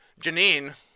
Janine